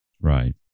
Right